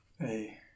Hey